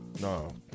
No